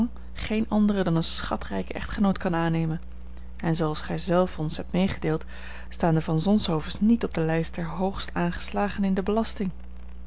geen anderen dan een schatrijken echtgenoot kan aannemen en zooals gij zelf ons hebt medegedeeld staan de van zonshovens niet op de lijst der hoogstaangeslagenen in de belasting